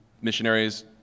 missionaries